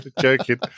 joking